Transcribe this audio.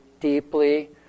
deeply